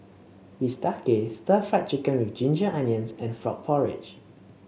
Bistake Stir Fry Chicken with Ginger Onions and Frog Porridge